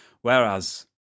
whereas